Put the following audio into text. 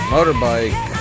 Motorbike